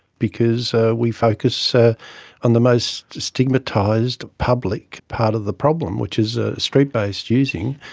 because we focus ah on the most stigmatised public part of the problem which is ah street-based using.